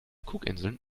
cookinseln